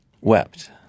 Wept